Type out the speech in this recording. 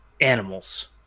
Animals